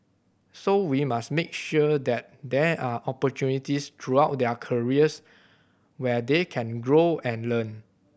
so we must make sure that there are opportunities throughout their careers where they can grow and learn